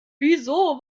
wieso